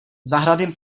zahrady